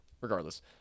Regardless